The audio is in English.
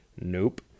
Nope